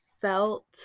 felt